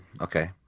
okay